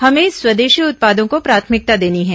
हमें स्वादेशी उत्पादों को प्राथमिकता देनी है